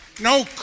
No